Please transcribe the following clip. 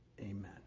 amen